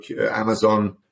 Amazon